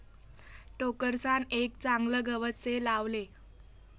टोकरसान एक चागलं गवत से लावले